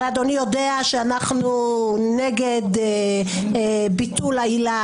הרי אדוני יודע שאנחנו נגד ביטול העילה,